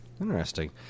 Interesting